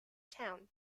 town